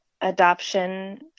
adoption